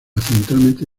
accidentalmente